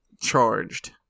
charged